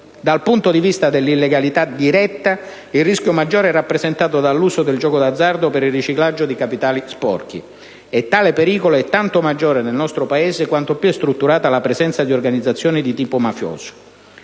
Dal punto di vista dell'illegalità diretta, il rischio maggiore è rappresentato dall'uso del gioco d'azzardo per il riciclaggio di capitali sporchi. E tale pericolo è tanto maggiore nel nostro Paese quanto più è strutturata la presenza di organizzazioni di tipo mafioso.